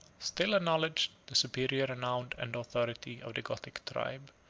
still acknowledged the superior renown and authority of the gothic tribe,